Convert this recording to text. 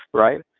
right?